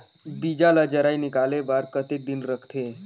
बीजा ला जराई निकाले बार कतेक दिन रखथे?